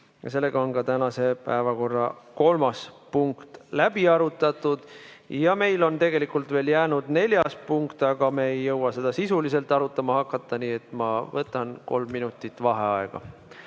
kell 17.15. Tänase päevakorra kolmas punkt on läbi arutatud. Meil on tegelikult veel jäänud neljas punkt, aga me ei jõua seda sisuliselt arutama hakata, nii et ma võtan kolm minutit vaheaega.